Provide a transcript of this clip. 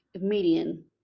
median